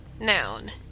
Noun